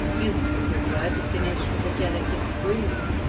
you may prefer to finish with a delicate brie,